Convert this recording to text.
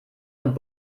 und